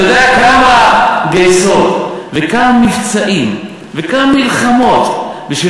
אתה יודע כמה גייסות וכמה מבצעים וכמה מלחמות כדי